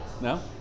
No